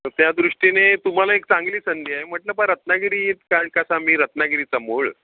तर त्या दृष्टीने तुम्हाला एक चांगली संधी आहे म्हटलं बा रत्नागिरीत कारण कसा मी रत्नागिरीचा मूळ